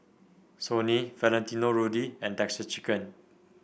Sony Valentino Rudy and Texas Chicken